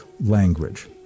language